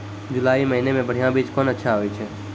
जुलाई महीने मे बढ़िया बीज कौन अच्छा होय छै?